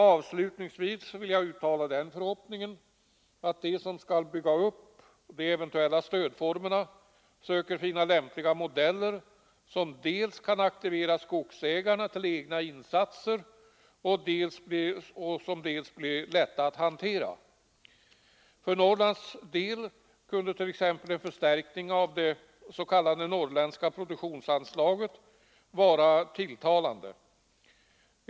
Avslutningsvis vill jag uttala den förhoppningen att de som skall bygga upp de eventuella stödformerna söker finna lämpliga modeller, som dels kan aktivera skogsägarna till egna insatser, dels kan bli lätta att hantera. För Norrlands del kunde t.ex. en förstärkning av det s.k. norrländska skogsproduktionsanslaget vara tilltalande.